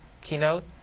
keynote